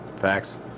Facts